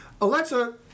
Alexa